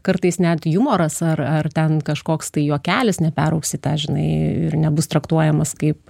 kartais net jumoras ar ar ten kažkoks tai juokelis neperaugs į tą žinai ir nebus traktuojamas kaip